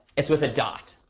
it's with a dot.